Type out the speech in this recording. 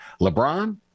LeBron